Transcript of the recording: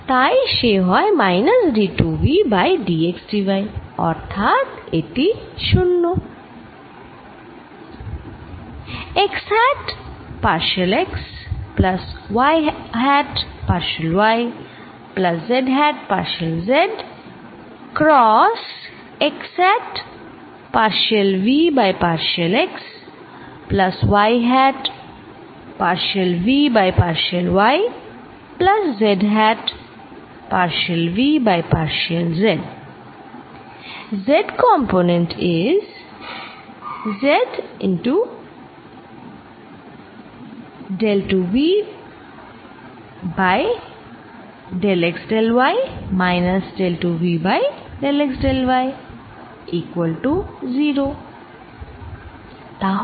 তাই সে হয় minus d 2 v by d x d y অর্থাৎ এটি 0